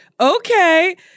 okay